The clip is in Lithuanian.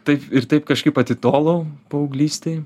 taip ir taip kažkaip atitolau paauglystėj